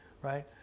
right